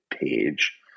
page